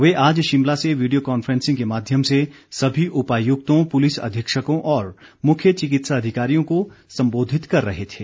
वे आज शिमला से video conferencing के माध्यम से सभी उपायुक्तों पुलिस अधीक्षकों और मुख्य चिकित्सा अधिकारियों को सम्बोधित कर रहे थे